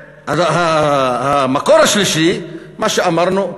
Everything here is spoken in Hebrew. המקור השלישי, מה שאמרנו,